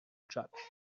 judge